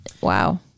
Wow